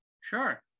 Sure